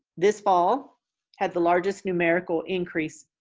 this fall had the largest numerical increase,